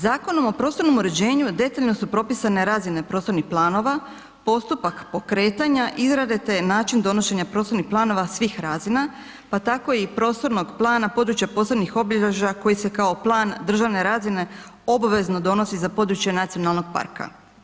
Zakonom o prostornom uređenju detaljno su propisane razine prostornih planova, postupak pokretanja, izrade te način donošenja prostornih planova svih razina pa tako i prostornog plana područja posebnih obilježja koji se kao plan državne razine obvezno donosi za područje nacionalnog parka.